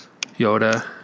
Yoda